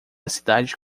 cidade